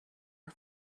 are